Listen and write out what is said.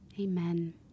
Amen